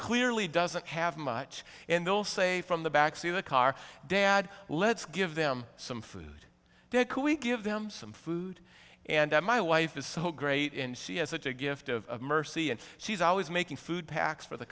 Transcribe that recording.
clearly doesn't have much in they'll say from the back seat of the car dad let's give them some food they're cool we give them some food and my wife is so great in she has such a gift of mercy and she's always making food packs for the